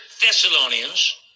Thessalonians